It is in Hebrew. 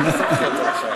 אחרת,